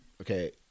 okay